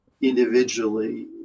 individually